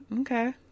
Okay